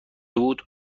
بود